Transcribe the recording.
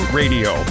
radio